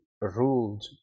ruled